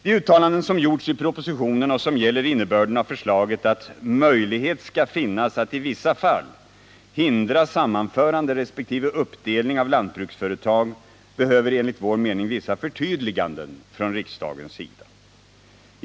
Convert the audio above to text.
De uttalanden som gjorts i propositionen och som gäller innebörden av förslaget att möjlighet skall finnas att i vissa fall hindra sammanförande resp. uppdelning av lantbruksföretag behöver enligt vår mening vissa förtydliganden från riksdagens sida.